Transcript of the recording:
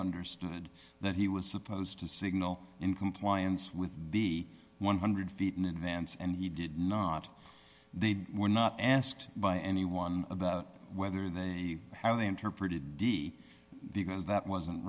understood that he was supposed to signal in compliance with the one hundred feet in advance and he did not they were not asked by anyone about whether they had they interpreted the because that wasn't